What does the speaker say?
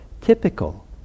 typical